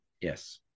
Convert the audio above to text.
Yes